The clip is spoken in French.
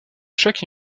chaque